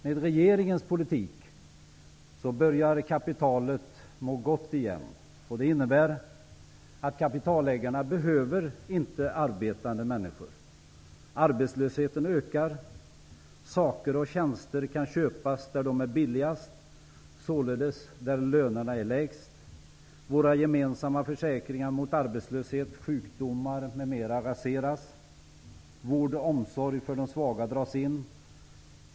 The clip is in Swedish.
Med regeringens politik börjar kapitalet må gott igen. Och det innebär att kapitalägarna inte behöver arbetande människor. Arbetslösheten ökar. Saker och tjänster kan köpas där de är billigast, således där lönerna är lägst. Våra gemensamma försäkringar mot arbetslöshet, sjukdomar m.m. raseras. Vård och omsorg för de svaga dras in.